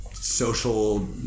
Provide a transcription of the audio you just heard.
Social